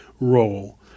role